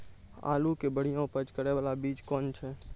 आलू के बढ़िया उपज करे बाला बीज कौन छ?